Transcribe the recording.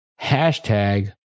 hashtag